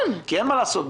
כי אין מה לעשות,